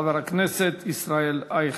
חבר הכנסת ישראל אייכלר.